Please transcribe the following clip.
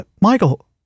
Michael